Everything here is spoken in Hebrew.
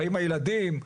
חיים הילדים.